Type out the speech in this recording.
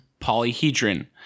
polyhedron